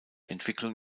entwicklung